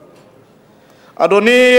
אדוני,